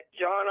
John